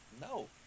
no